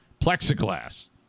plexiglass